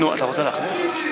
אתה רוצה להחליט?